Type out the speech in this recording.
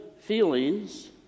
feelings